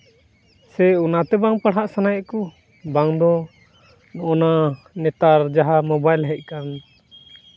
ᱥᱮ ᱚᱱᱟᱛᱮ ᱵᱟᱝ ᱯᱟᱲᱦᱟᱜ ᱥᱟᱱᱟᱭᱮᱜ ᱠᱚ ᱵᱟᱝ ᱫᱚ ᱚᱱᱟ ᱱᱮᱛᱟᱨ ᱡᱟᱦᱟᱸ ᱢᱳᱵᱟᱭᱤᱞ ᱦᱮᱡ ᱠᱟᱱ